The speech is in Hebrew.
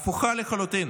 הפוכה לחלוטין,